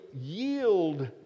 yield